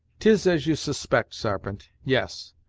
tis as you suspect, sarpent yes,